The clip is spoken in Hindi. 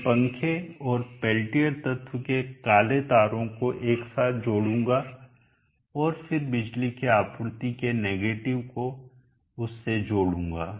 मैं पंखे और पेल्टियर तत्व के काले तारों को एक साथ जोड़ूंगा और फिर बिजली की आपूर्ति के नेगेटिव को उससे जोड़ूंगा